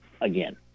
again